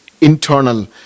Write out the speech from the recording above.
internal